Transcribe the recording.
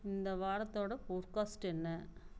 இந்த வாரத்தோடய ஃபோர்காஸ்ட் என்ன